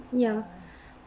ya